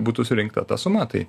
būtų surinkta ta suma tai